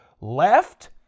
left